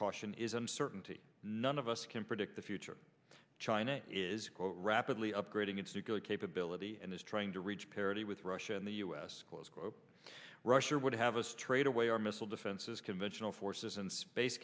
caution is uncertainty none of us can predict the future china is quote rapidly upgrading its nuclear capability and is trying to reach parity with russia in the u s close quote russia would have a straightaway or missile defenses conventional forces and space